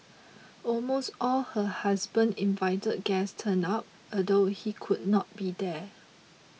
almost all her husband invited guest turned up although he could not be there